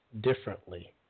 differently